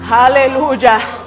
hallelujah